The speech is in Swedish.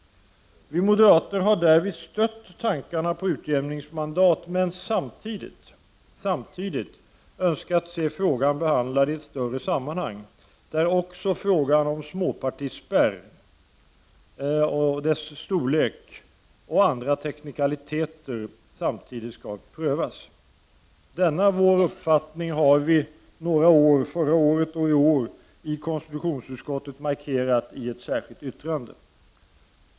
Vi moderater har därvid stött tankarna på utjämningsmandat men samtidigt önskat se frågan behandlad i ett större sammanhang, där samtidigt frågan om småpartispärrens storlek och andra teknikaliteter i kommunfullmäktigevalen prövas. Denna vår uppfattning har vi i konstitutionsutskottet förra året och i år markerat i ett särskilt yttrande.